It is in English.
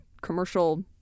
commercial